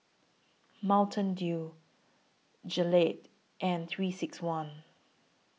Mountain Dew Gillette and three six one